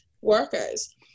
workers